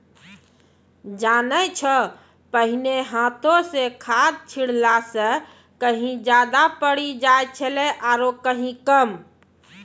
जानै छौ पहिने हाथों स खाद छिड़ला स कहीं ज्यादा पड़ी जाय छेलै आरो कहीं कम